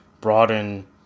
broaden